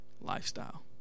lifestyle